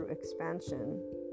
expansion